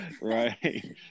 Right